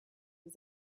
was